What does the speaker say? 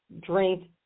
drink